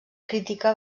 crítica